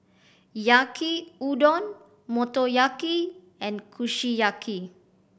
Yaki Udon Motoyaki and Kushiyaki